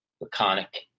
laconic